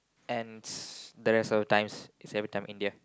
and the rest of the times is every time India